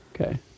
Okay